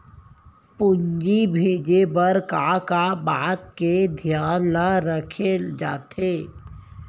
पूंजी भेजे बर का का बात के धियान ल रखे जाथे?